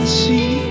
see